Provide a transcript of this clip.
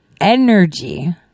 Energy